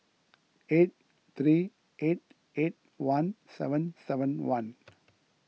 eight three eight eight one seven seven one